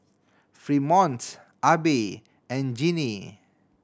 Fremont Abie and Gennie